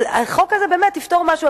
אז החוק הזה באמת יפתור משהו.